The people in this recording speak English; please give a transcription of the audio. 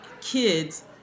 kids